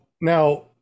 now